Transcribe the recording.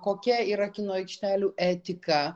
kokia yra kino aikštelių etika